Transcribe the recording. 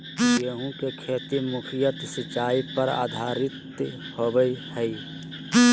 गेहूँ के खेती मुख्यत सिंचाई पर आधारित होबा हइ